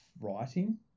writing